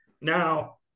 Now